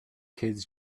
kids